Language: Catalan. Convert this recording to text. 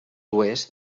oest